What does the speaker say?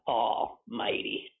almighty